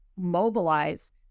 Mobilize